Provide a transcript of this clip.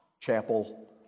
chapel